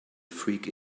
freak